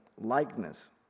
likeness